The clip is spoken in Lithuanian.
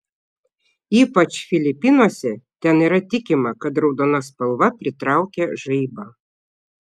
ypač filipinuose ten yra tikima kad raudona spalva pritraukia žaibą